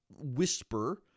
whisper